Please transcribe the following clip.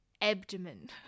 abdomen